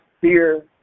fear